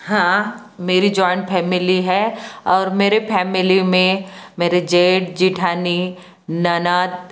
हाँ मेरी joint family है और मेरे फ़ैमिली में मेरे जेठ जेठानी ननद